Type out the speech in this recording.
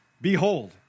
Behold